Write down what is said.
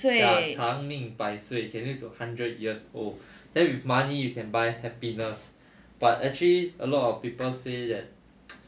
ya 长命百岁 can live to hundred years old then with money you can buy happiness but actually a lot of people say that